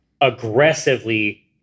aggressively